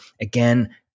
again